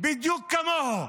בדיוק כמוהו